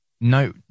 no